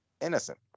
innocent